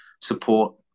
support